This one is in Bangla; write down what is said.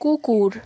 কুকুর